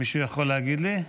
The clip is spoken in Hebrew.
מישהו יכול להגיד לי?